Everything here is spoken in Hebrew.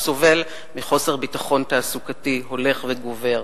הוא סובל מחוסר ביטחון תעסוקתי הולך וגובר.